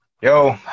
Yo